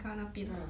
ah